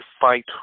fight